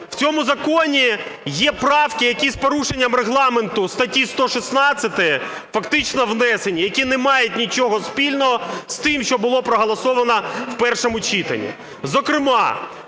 В цьому законі є правки, які з порушенням Регламенту статті 116, фактично внесені, які не мають нічого спільного з тим, що було проголосовано в першому читанні.